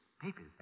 Papers